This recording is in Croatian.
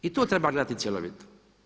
I to treba gledati cjelovito.